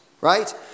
right